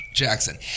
Jackson